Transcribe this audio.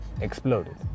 exploded